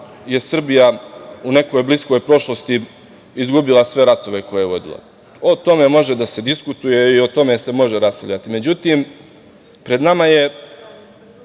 je Srbija u nekoj bliskoj prošlosti izgubila sve ratove koje je vodila. O tome može da se diskutuje i o tome se može raspravljati, međutim pred nama je